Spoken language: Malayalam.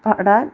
പാടാൻ